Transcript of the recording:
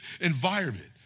environment